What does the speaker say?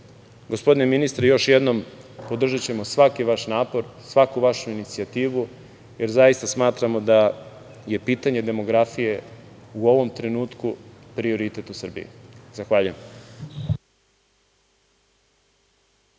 zamerate. Gospodine ministre, još jednom podržaćemo svaki vaš napor, svaku vašu inicijativu, jer zaista smatramo da je pitanje demografije u ovom trenutku prioritet u Srbiji. Zahvaljujem.